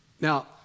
Now